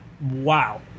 wow